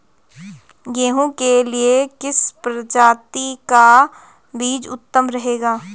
गेहूँ के लिए किस प्रजाति का बीज उत्तम रहेगा?